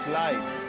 life